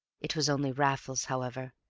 it was only raffles, however,